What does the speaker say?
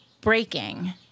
breaking